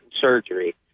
surgery